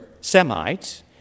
Semites